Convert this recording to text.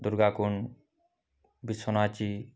Durga Kund Vishwanath जी